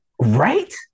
Right